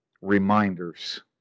reminders